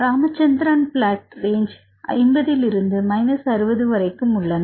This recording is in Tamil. ராமச்சந்திரா பிளாட்டின் ரேஞ்ச் 50 இலிருந்து 60 வரைக்கும் உள்ளன